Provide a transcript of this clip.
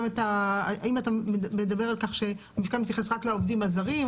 האם אתה מדבר על כך שהמפקד מתייחס רק לעובדים הזרים?